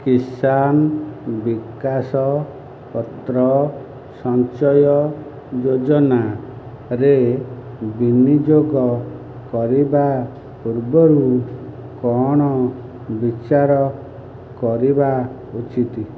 କିଷାନ ବିକାଶ ପତ୍ର ସଞ୍ଚୟ ଯୋଜନା ରେ ବିନିଯୋଗ କରିବା ପୂର୍ବରୁ କଣ ବିଚାର କରିବା ଉଚିତ